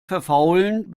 verfaulen